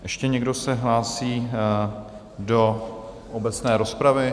Ještě někdo se hlásí do obecné rozpravy?